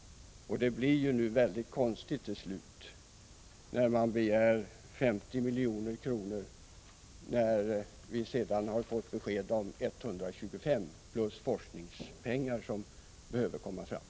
Nu blir det mycket konstigt till slut, då man begär 50 milj.kr., trots att vi har fått besked om 125 milj.kr. plus nödvändiga forskningsmedel.